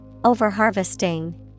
Overharvesting